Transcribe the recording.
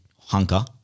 hunker